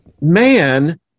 man